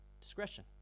discretion